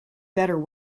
better